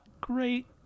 great